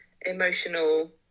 emotional